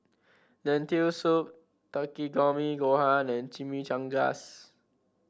Lentil Soup Takikomi Gohan and Chimichangas